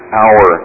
hour